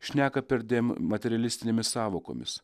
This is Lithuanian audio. šneka perdėm materialistinėmis sąvokomis